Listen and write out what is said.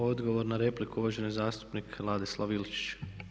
Odgovor na repliku, uvaženi zastupnik Ladislav Ilčić.